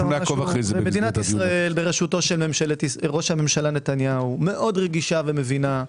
מדינת ישראל בראשות ראש הממשלה נתניהו מאוד רגישה ומבינה,